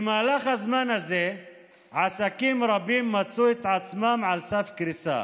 במהלך הזמן הזה עסקים רבים מצאו את עצמם על סף קריסה,